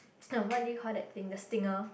come what do you call that thing the stinger